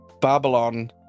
Babylon